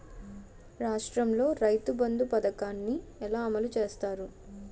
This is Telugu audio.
రాష్ట్రంలో రైతుబంధు పథకాన్ని ఎలా అమలు చేస్తారు?